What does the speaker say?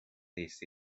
this